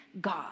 God